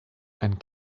and